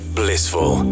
blissful